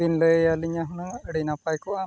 ᱵᱤᱱ ᱞᱟᱹᱭᱟᱞᱤᱧᱟ ᱦᱩᱱᱟᱹᱝ ᱟᱹᱰᱤ ᱱᱟᱯᱟᱭ ᱠᱚᱜᱼᱟ